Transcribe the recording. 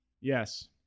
Yes